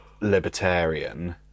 libertarian